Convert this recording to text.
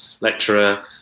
lecturer